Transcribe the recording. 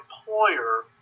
employer